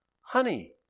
honey